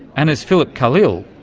and as philip callil,